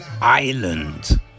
Island